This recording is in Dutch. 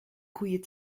koeien